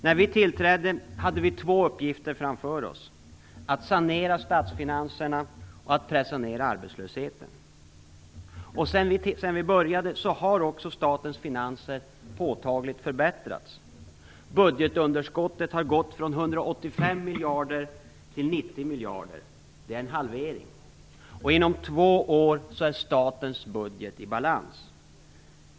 När vi tillträdde hade vi två uppgifter framför oss: att sanera statsfinanserna och att pressa ned arbetslösheten. Sedan vi började detta arbete har statens finanser också påtagligt förbättrats. Budgetunderskottet har gått ned från 185 miljarder till 90 miljarder. Det är en halvering. Inom två år är statens budget i balans.